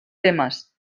temes